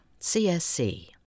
CSC